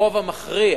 הרוב המכריע